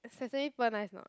sesame pearl nice or not